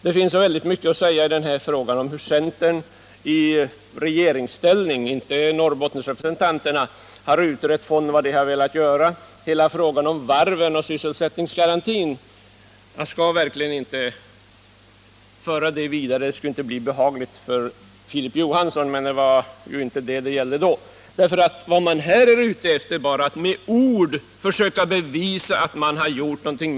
Det finns så mycket att säga om hur centern i regeringsställning — inte Norrbottenrepresentanterna — har igångsatt en utvärdering av fonden och vad de har velat göra. Man kan också diskutera centerns politik i hela frågan om varven och sysselsättningsgarantin. Men jag skall inte föra den debatten vidare, det skulle inte bli behagligt för Filip Johansson. Det är inte heller detta saken gäller nu. Vad centern nu är ute efter är att i ord försöka bevisa att man har gjort någonting.